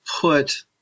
put